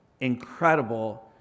incredible